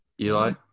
Eli